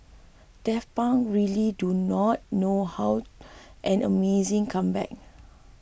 Daft Punk really do not know how an amazing comeback